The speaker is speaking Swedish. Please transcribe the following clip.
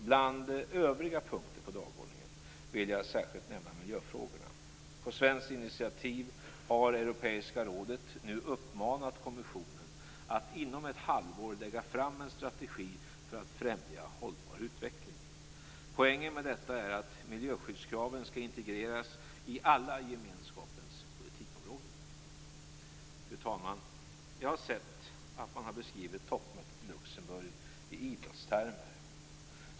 Bland övriga punkter på dagordningen vill jag särskilt nämna miljöfrågorna. På svenskt initiativ har Europeiska rådet nu uppmanat kommissionen att inom ett halvår lägga fram en strategi för att främja en hållbar utveckling. Poängen med detta är att miljöskyddskraven skall integreras i alla gemenskapens politikområden. Fru talman! Jag har sett att man har beskrivit toppmötet i Luxemburg i idrottstermer.